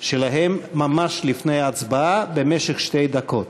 שלהם ממש לפני ההצבעה, במשך שתי דקות.